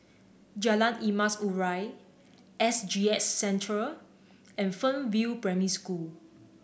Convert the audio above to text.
Jalan Emas Urai S G S Centre and Fernvale Primary School